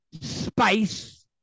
Space